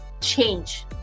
change